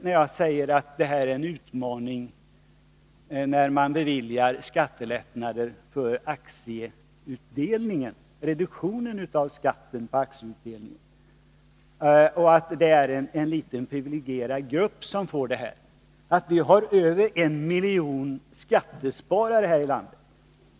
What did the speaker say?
När jag säger att det är en utmaning när man beviljar reduktion av skatten för aktieutdelning och att det är en liten privilegierad grupp som får denna, säger Knut Wachtmeister att vi har över en miljon aktiesparare i landet.